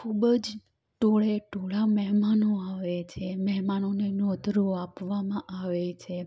ખૂબ જ ટોળે ટોળાં મહેમાનો આવે છે મહેમાનોને નોતરું આપવામાં આવે છે